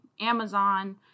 Amazon